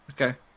Okay